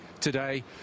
today